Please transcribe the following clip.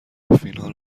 فینال